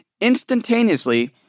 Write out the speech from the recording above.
instantaneously